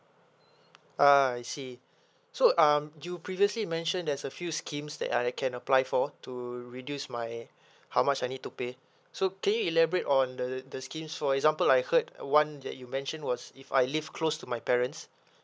ah I see so um you previously mentioned there's a few schemes that I can apply for to reduce my how much I need to pay so can you elaborate on the the scheme for example I heard one that you mention was if I live close to my parents